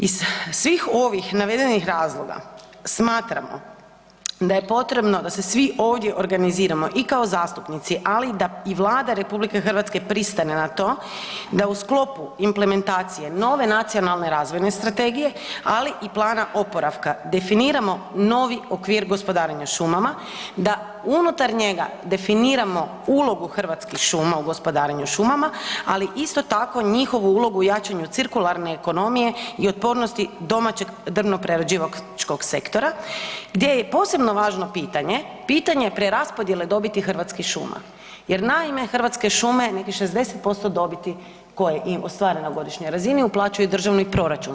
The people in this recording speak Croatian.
Iz svih ovih navedenih razloga, smatramo da je potrebno da se svi ovdje organiziramo i kao zastupnici ali i da Vlada RH pristane na to da u sklopu implementacije nove nacionalne razvoje strategije ali i plana oporavka, definiramo novi okvir gospodarenja šumama, da unutar njega definiramo ulogu Hrvatskih šuma u gospodarenju šumama ali isto njihovu ulogu u jačanju cirkularne ekonomije i otpornosti domaćeg drvno-prerađivačkog sektora gdje je posebno važno pitanje pitanje preraspodjele dobiti Hrvatskih šuma jer naime Hrvatske šume, nekih 60% dobiti koje ostvare na godišnjoj razini, uplaćuje u državni proračun.